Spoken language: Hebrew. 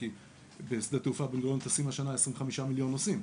כי בשדה התעופה בן גוריון טסים בשנה 25 מיליון נוסעים,